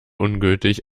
ungültig